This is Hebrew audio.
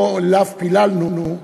לא אליו פיללנו,